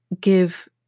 give